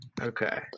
Okay